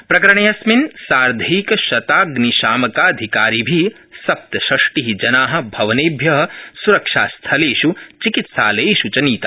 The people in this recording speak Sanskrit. प्रकरणे अस्मिन् साधेंकशताम्निशामकाधिकारिभि सप्तष्टि जना भवनेभ्य सुरक्षास्थलेष् चिकित्सालयेष् च नीता